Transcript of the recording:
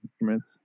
instruments